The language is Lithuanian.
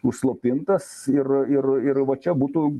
užslopintas ir ir ir va čia būtų